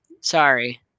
Sorry